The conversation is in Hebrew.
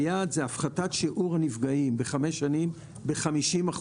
היעד הוא הפחתת שיעור הנפגעים בתאונות דרכים ב-5 שנים ב-50%.